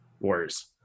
Warriors